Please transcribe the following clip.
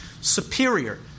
superior